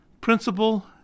principal